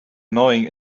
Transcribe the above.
annoying